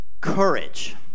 courage